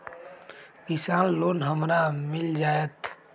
किसान लोन हमरा मिल जायत?